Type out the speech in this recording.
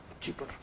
cheaper